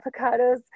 avocados